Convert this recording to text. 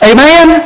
Amen